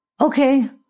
okay